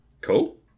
Cool